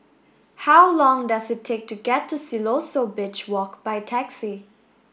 how long does it take to get to Siloso Beach Walk by taxi